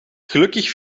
gelukkig